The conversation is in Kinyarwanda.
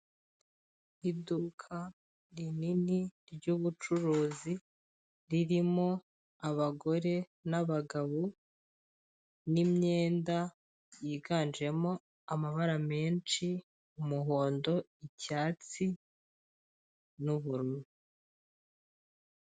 Iduka rinini ry'ubucuruzi ririmo abagore n'abagabo n'imyenda yiganjemo amabara menshi umuhondo, icyatsi n'ubururu.